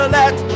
let